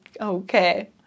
okay